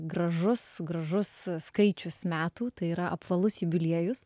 gražus gražus skaičius metų tai yra apvalus jubiliejus